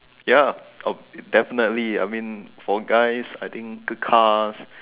ya of definitely I mean for guys I think the cars